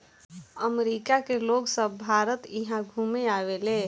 अमरिका के लोग सभ भारत इहा घुमे आवेले